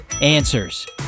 Answers